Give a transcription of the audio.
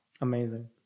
Amazing